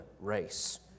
race